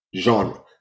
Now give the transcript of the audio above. genre